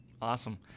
Awesome